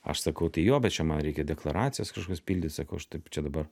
aš sakau tai jo bet čia man reikia deklaracijas kažkokias pildyt sakau aš taip čia dabar